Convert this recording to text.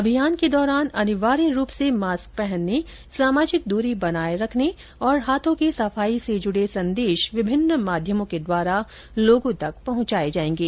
अभियान के दौरान अनिवार्य रूप से मास्क पहनने सामाजिक द्री बनाए रखने और हाथों की सफाई से संबंधित संदेश विभिन्न माध्यमों के द्वारा लोगों तक पहुंचाए जाएंगे